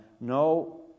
No